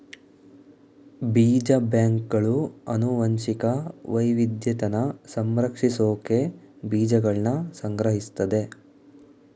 ಬೀಜ ಬ್ಯಾಂಕ್ಗಳು ಅನುವಂಶಿಕ ವೈವಿದ್ಯತೆನ ಸಂರಕ್ಷಿಸ್ಸೋಕೆ ಬೀಜಗಳ್ನ ಸಂಗ್ರಹಿಸ್ತದೆ